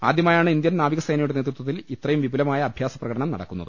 ആദൃമായാണ് Indian നാവികസേനയുടെ നേതൃത്വത്തിൽ ഇത്രയും വിപുലമായ അഭ്യാസ പ്രകടനം നടത്തുന്നത്